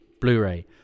Blu-ray